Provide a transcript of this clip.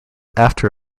after